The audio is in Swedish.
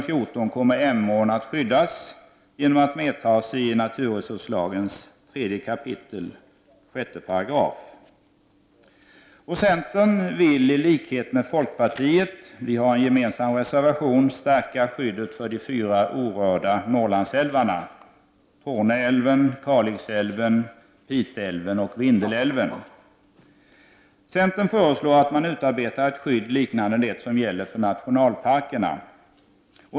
Om de gör det kommer Emån att skyddas genom att den inryms i naturresurslagens 3 kap. 6§. Centern vill i likhet med folkpartiet — vi har en gemensam reservation — ytterligare stärka skyddet för de fyra orörda Norrlandsälvarna — Torneälven, Kalixälven, Piteälven och Vindelälven. Centern föreslår att man utarbetar ett skydd liknande det som gäller för nationalparkerna.